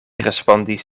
respondis